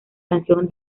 canción